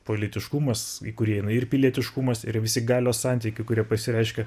politiškumas į kurį įeina ir pilietiškumas ir visi galios santykių kurie pasireiškia